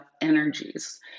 energies